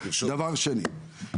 דבר שני,